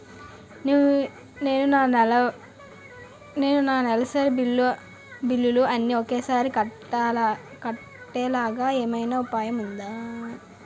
నేను నా నెలసరి బిల్లులు అన్ని ఒకేసారి కట్టేలాగా ఏమైనా ఉపాయం ఉందా?